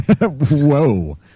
Whoa